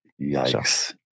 Yikes